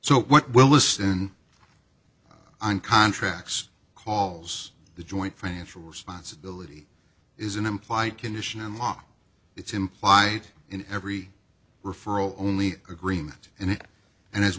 so what will listen on contracts calls the joint financial responsibility is an implied condition law it's implied in every referral only agreement in it and